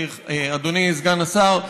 אדוני סגן השר,